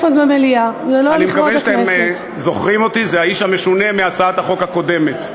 זה האיש המשונה מהצעת החוק הקודמת,